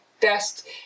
best